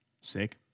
Sick